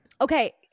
Okay